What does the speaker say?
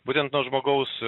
būtent nuo žmogaus